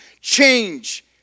change